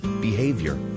behavior